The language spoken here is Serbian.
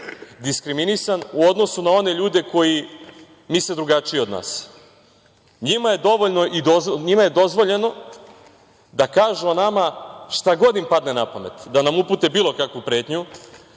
diskriminisan u odnosu na one ljude koji misle drugačije od nas. Njima je dozvoljeno da kažu o nama šta god im padne na pamet, da nam upute bilo kakvu pretnju,